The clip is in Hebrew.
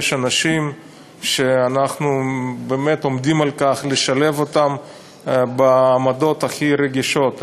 אנשים שאנחנו באמת עומדים על לשלב אותם בעמדות הכי רגישות,